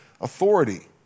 authority